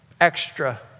extra